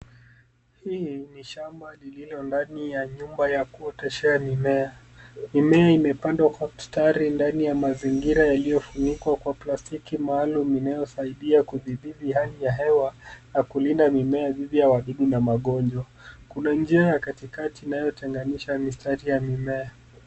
Hii ni shamba lililo ndani ya nyumba ya kuoteshea mimea. Mimea imepandwa kwa mstari ndani ya mazingira yaliyofunikwa kwa plastiki maalum inayosaidia kudhibiti hali ya hewa na kulinda mimea dhidi ya wadudu na magonjwa. Kuna njia ya katikati inayotenganisha mistari ya mimea.